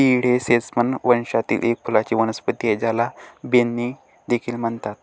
तीळ ही सेसमम वंशातील एक फुलांची वनस्पती आहे, ज्याला बेन्ने देखील म्हणतात